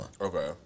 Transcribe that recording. Okay